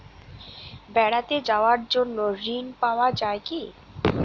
বেড়াতে যাওয়ার জন্য ঋণ পাওয়া যায় কি?